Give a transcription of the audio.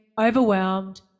overwhelmed